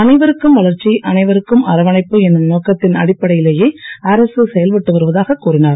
அனைவருக்கும் வளர்ச்சி அனைவருக்கும் அரவணைப்பு என்னும் நோக்கத்தின் அடிப்படையிலேயே அரசு செயல்பட்டு வருவதாக கூறினார்